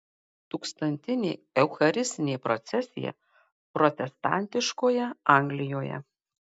tūkstantinė eucharistinė procesija protestantiškoje anglijoje